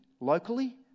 locally